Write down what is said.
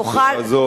זו,